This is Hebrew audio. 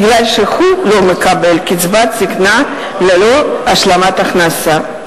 מפני שהוא מקבל קצבת זיקנה ללא השלמת הכנסה.